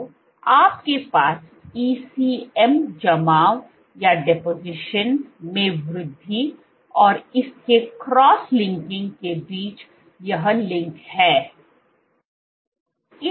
तो आपके पास ECM जमाव में वृद्धि और इसके क्रॉस लिंकिंग के बीच यह लिंक है